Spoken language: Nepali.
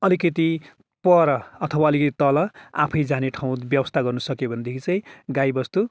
अलिकति पर अथवा अलिकति तल आफै जाने ठाउँ व्यवस्ता गर्नु सक्यो भनेदेखि चाहिँ गाई बस्तु